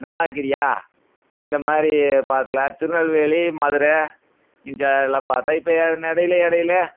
நல்லாருக்கிறீயா இந்த மாதிரி பார்க்கலாம் திருநெல்வேலி மதுரை இந்த சைட்லாம் பார்த்தா இப்போ இடைல இடைல